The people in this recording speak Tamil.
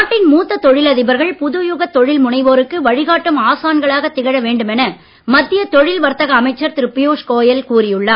நாட்டின் மூத்த தொழிலதிபர்கள் புது யுகத் தொழில் முனைவோருக்கு வழிகாட்டும் ஆசான்களாகத் திகழ வேண்டுமென மத்திய தொழில் வர்த்தக அமைச்சர் திரு பியூஷ் கோயல் கூறி உள்ளார்